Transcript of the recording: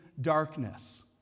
darkness